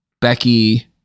Becky